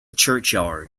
churchyard